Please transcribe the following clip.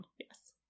Yes